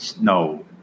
No